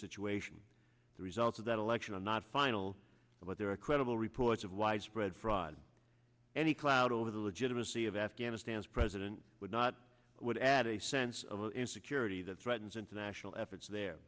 situation the results of that election are not final but there are credible reports of widespread fraud any cloud over the legitimacy of afghanistan's president would not would add a sense of insecurity that threatens international efforts there